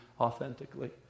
authentically